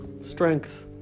Strength